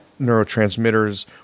neurotransmitters